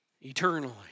eternally